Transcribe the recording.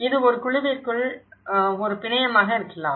இது ஒரு குழுவிற்குள் ஒரு பிணையமாக இருக்கலாம்